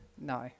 no